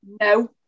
no